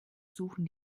suchen